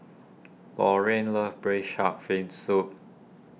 Lorene loves Braised Shark Fin Soup